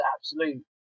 absolute